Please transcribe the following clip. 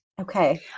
Okay